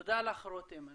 תודה לך, רותם.